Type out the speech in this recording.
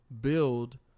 build